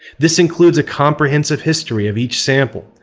this includes a comprehensive history of each sample,